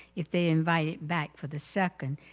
if they invite it back for the second,